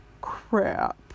crap